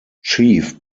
chief